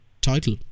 title